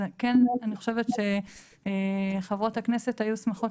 אז כן אני חושבת שחברות הכנסת היו שמחות